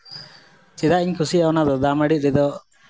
ᱪᱮᱫᱟᱜ ᱤᱧ ᱠᱩᱥᱤᱭᱟᱜᱼᱟ ᱚᱱᱟᱫᱚ ᱫᱟᱜ ᱢᱟ ᱲᱤ ᱨᱮᱫᱚ